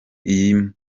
iyi